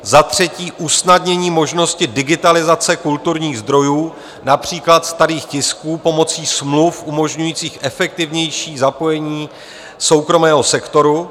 Za třetí, usnadnění možnosti digitalizace kulturních zdrojů, například starých tisků, pomocí smluv umožňujících efektivnější zapojení soukromého sektoru.